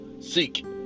Seek